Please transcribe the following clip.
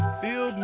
feel